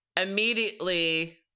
immediately